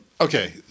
okay